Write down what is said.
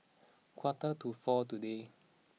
quarter to four today